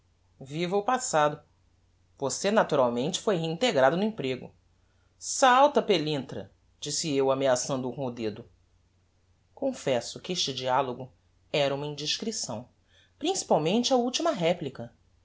viva o passado você naturalmente foi reintegrado no emprego salta pelintra disse eu ameaçando o com o dedo confesso que este dialogo era uma indiscrição principalmente a ultima replica